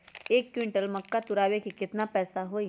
एक क्विंटल मक्का तुरावे के केतना पैसा होई?